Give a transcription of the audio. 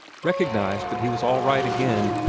recognized that he was all right again.